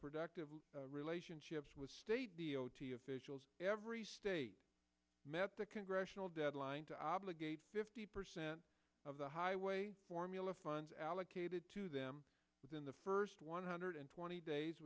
productive relationships with state officials every state met the congressional deadline to obligate fifty percent of the highway formula funds allocated to them within the first one hundred twenty days